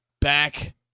back